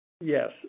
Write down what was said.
Yes